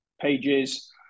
pages